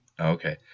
Okay